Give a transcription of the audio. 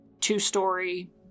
Two-story